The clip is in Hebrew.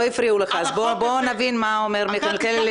לא הפריעו לך אז בוא נבין מה אומר חבר הכנסת מלכיאלי.